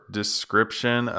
description